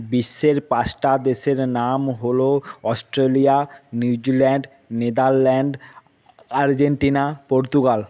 বিশ্বের পাঁচটা দেশের নাম হলো Australia New Zealand Netherland Argentina Portugal